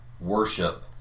worship